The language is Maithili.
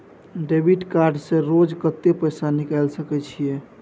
डेबिट कार्ड से रोज कत्ते पैसा निकाल सके छिये?